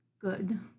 good